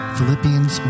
Philippians